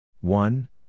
one